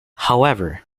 however